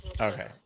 Okay